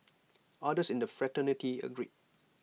others in the fraternity agreed